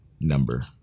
number